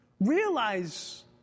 Realize